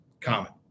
common